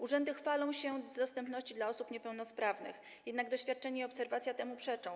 Urzędy chwalą się dostępnością dla osób niepełnosprawnych, jednak doświadczenie i obserwacja temu przeczą.